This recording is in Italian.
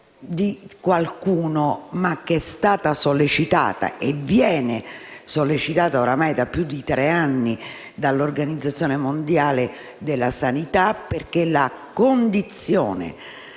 di qualcuno, ma che è stata e viene sollecitata ormai da più di tre anni dall'Organizzazione mondiale della sanità, perché lo stato